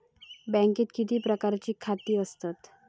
बँकेत किती प्रकारची खाती असतत?